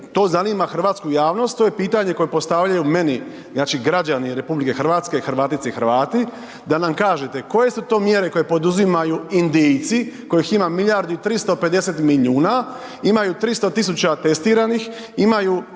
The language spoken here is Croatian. to zanima hrvatsku javnost, to je pitanje koje postavljaju meni znači građani RH, Hrvatice i Hrvati, da nam kažete, koje su to mjere koje poduzimaju Indijci kojih ima milijardu i 350 milijuna. Imaju 300 tisuća testiranih, imaju